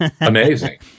amazing